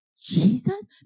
Jesus